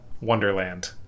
Wonderland